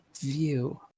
view